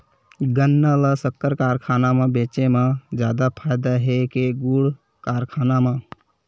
गन्ना ल शक्कर कारखाना म बेचे म जादा फ़ायदा हे के गुण कारखाना म?